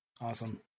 Awesome